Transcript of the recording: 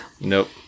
Nope